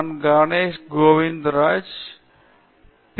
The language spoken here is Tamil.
என் பெயர் கணேஷ் கோவிந்தராஜன் நான் மோஷன் இன்ஜினியரிங் திணைக்களத்தில் இருந்து பி